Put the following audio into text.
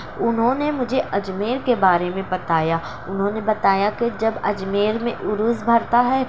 انہوں نے مجھے اجمیر کے بارے میں بتایا انہوں نے بتایا کہ جب اجمیر میں عرس بھرتا ہے